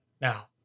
now